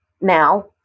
now